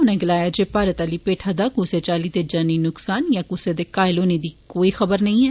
उनें गलाया जे भारत आली पैठा दा कुसै चाली दे जानी नुक्सान जां कुसै दे घायल होने दा कोई समाचार नेई ऐ